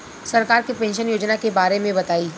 सरकार के पेंशन योजना के बारे में बताईं?